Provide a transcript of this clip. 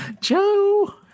Joe